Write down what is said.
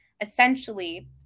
essentially